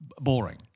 Boring